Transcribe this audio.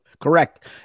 Correct